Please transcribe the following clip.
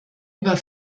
über